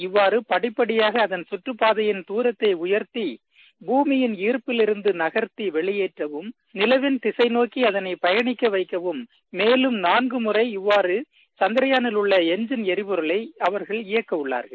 இவ்வாறு படிப்படியாக அதன் சுற்றுப்பாதையின் தூரத்தை உயர்த்தி பூமியின் இருப்பில் இருந்து நகர்த்தி வெளியேற்றவும் நிலவின் திசைநோக்கி அதனை பயனிக்க வைக்கவும் மேலும் நான்கு முறை இவ்வாறு சந்திரயானில் உள்ள இன்ஜின் எரிபொருளை அவர்கள் இயக்க உள்ளார்கள்